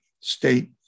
state